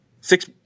six